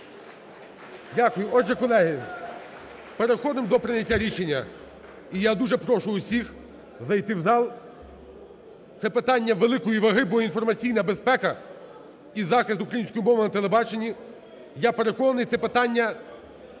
Дякую. Отже, колеги, переходимо до прийняття рішення. І я дуже прошу всіх зайти в зал. Це питання великої ваги, бо інформаційна безпека і захист української мови на телебаченні, я переконаний, це питання